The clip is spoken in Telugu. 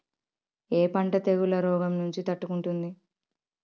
ఏ పంట తెగుళ్ల రోగం నుంచి తట్టుకుంటుంది?